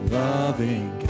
loving